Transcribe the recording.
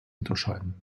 unterscheiden